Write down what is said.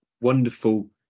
Wonderful